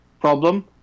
problem